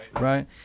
Right